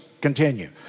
continue